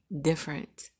different